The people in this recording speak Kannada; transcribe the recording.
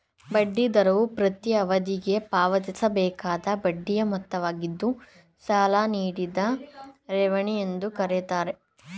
ಬಡ್ಡಿ ದರವು ಪ್ರತೀ ಅವಧಿಗೆ ಪಾವತಿಸಬೇಕಾದ ಬಡ್ಡಿಯ ಮೊತ್ತವಾಗಿದ್ದು ಸಾಲ ನೀಡಿದ ಠೇವಣಿ ಎಂದು ಕರೆಯುತ್ತಾರೆ